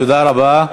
תודה רבה.